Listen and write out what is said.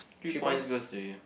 three points goes to you